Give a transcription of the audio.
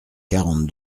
quarante